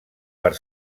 per